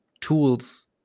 tools